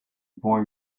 boy